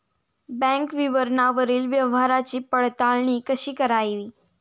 Bank विवरणावरील व्यवहाराची पडताळणी कशी करावी?